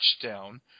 touchdown